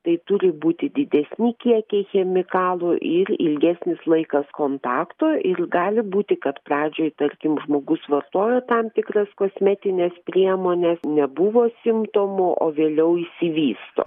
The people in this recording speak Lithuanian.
tai turi būti didesni kiekiai chemikalų ir ilgesnis laikas kontakto ir gali būti kad pradžioj tarkim žmogus vartojo tam tikros kosmetines priemones nebuvo simptomų o vėliau išsivysto